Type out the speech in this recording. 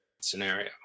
scenario